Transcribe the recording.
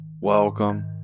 welcome